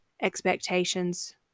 expectations